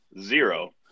Zero